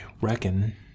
reckon